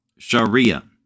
Sharia